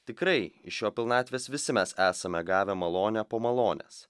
tikrai iš jo pilnatvės visi mes esame gavę malonę po malonės